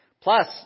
Plus